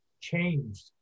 changed